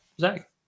Zach